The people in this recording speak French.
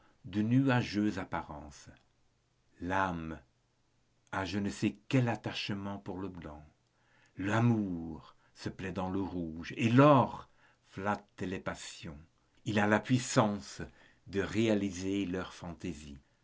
de nuageuses apparences l'âme a je ne sais quel attachement pour le blanc l'amour se plaît dans le rouge et l'or flatte les passions il a la puissance de réaliser leurs fantaisies